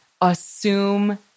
assume